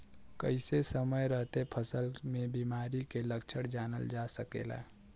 कइसे समय रहते फसल में बिमारी के लक्षण जानल जा सकेला?